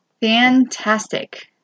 Fantastic